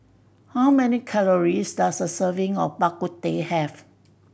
how many calories does a serving of Bak Kut Teh have